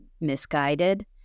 misguided